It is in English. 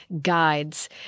Guides